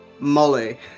Molly